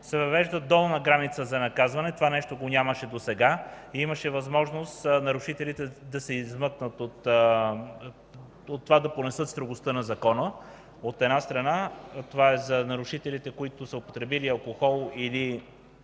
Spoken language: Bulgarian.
въвежда долна граница за наказване. Това нещо го нямаше досега и имаше възможност нарушителите да се измъкнат от това да понесат строгостта на закона, от една страна. Това е за нарушителите, които са употребили алкохол или